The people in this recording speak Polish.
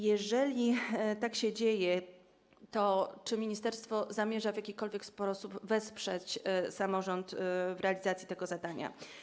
Jeżeli tak się dzieje, to czy ministerstwo zamierza w jakikolwiek sposób wesprzeć samorząd w realizacji tego zadania?